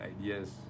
ideas